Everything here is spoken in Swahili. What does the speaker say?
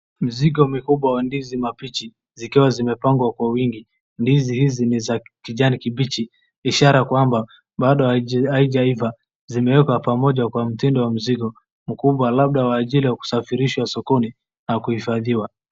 Mzigo mikubwa wa ndizi mabichi zikiwa zimepangwa kwa wingi. Ndizi hizi ni za kijani kimbichi ishara kwamba bado haijaiva. Ziwekwa pamoja kwa mtindo mkubwa wa mzigo labda wa jaili ya kusafirishwa sokoni na kuhifadhiwa.